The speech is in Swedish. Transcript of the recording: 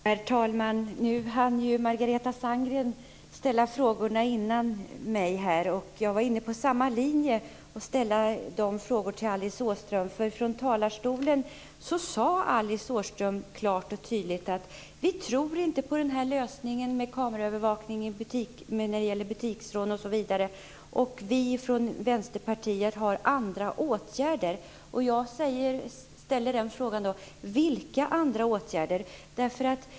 Herr talman! Margareta Sandgren hann ställa frågor före mig. Jag är inne på samma linje när det gäller frågorna till Alice Åström. Från talarstolen sade Alice Åström klart och tydligt: Vi tror inte på den här lösningen med kameraövervakning när det gäller butiksrån osv. - vi från Vänsterpartiet har andra åtgärder. Jag ställer då frågan: Vilka andra åtgärder?